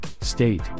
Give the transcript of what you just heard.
state